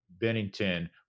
Bennington